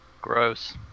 Gross